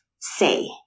say